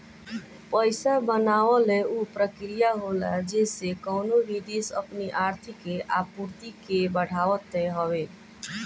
पईसा बनावल उ प्रक्रिया होला जेसे कवनो भी देस अपनी आर्थिक आपूर्ति के बढ़ावत हवे